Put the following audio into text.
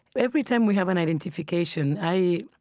every time we have an identification, i